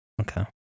Okay